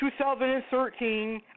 2013